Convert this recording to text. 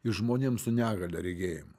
i žmonėm su negalia regėjimo